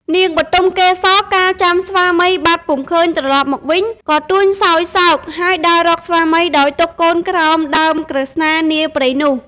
នាងបទុមកេសរកាលចាំស្វាមីបាត់ពុំឃើញត្រឡប់មកវិញ ក៏ទួញសោយសោក ហើយដើររកស្វាមីដោយទុកកូនក្រោមដើមក្រឹស្នានាព្រៃនោះ។